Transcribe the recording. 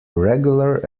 regular